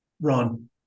Ron